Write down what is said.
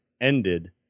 ended